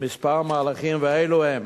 כמה מהלכים, ואלו הם: